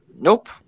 Nope